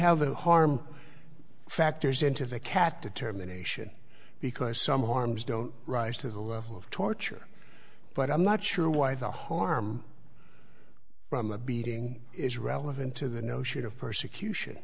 how that harm factors into the cat determination because some harms don't rise to the level of torture but i'm not sure why the harm from a beating is relevant to the notion of